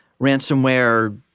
ransomware